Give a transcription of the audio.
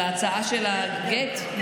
להצעה של הגט?